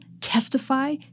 testify